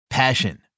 Passion